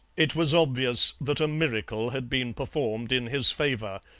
it was obvious that a miracle had been performed in his favour,